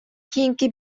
кийинки